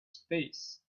space